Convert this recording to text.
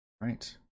Right